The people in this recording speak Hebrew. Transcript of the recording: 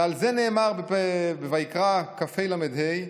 ועל זה נאמר" ויקרא כ"ה ל"ה: